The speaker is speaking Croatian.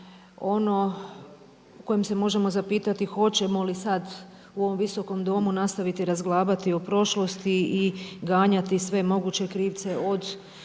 ono u kojem se možemo zapitati hoćemo li sada u ovom Visokom domu nastaviti razglabati o prošlosti i ganjati sve moguće krivce od